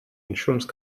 insurance